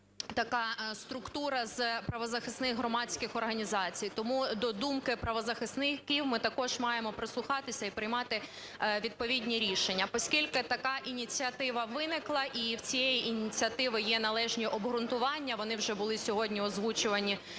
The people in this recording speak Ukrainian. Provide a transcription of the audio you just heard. така структура з правозахисних громадських організацій. Тому до думки правозахисників ми також маємо прислухатися і приймати відповідні рішення. Оскільки така ініціатива виникла і в цієї ініціативи є належні обґрунтування, вони вже були сьогодні озвучуванні